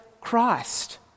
Christ